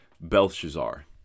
Belshazzar